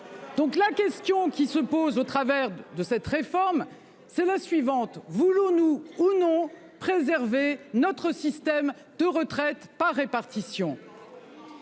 La question qui se pose au sujet de cette réforme est la suivante : voulons-nous, oui ou non, conserver notre système de retraite par répartition ?